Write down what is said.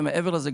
ומעבר לזה,